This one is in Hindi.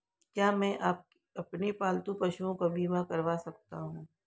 क्या मैं अपने पालतू पशुओं का बीमा करवा सकता हूं?